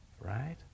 right